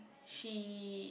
she